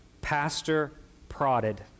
pastor-prodded